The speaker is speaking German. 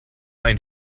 ein